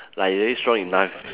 like they already strong enough